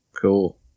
Cool